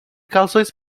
calções